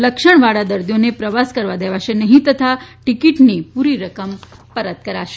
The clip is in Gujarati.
લક્ષણવાળા દર્દીઓને પ્રવાસ કરવા દેવાશે નહીં તથા ટીકીટની પૂરી રકમ પરત કરાશે